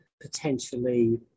potentially